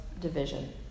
division